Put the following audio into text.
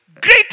greater